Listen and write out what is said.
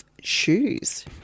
shoes